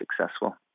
successful